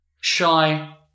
shy